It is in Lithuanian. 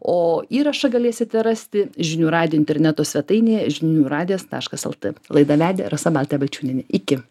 o įrašą galėsite rasti žinių radijo interneto svetainėje žinių radijas taškas lt laidą vedė rasa baltė balčiūnienė iki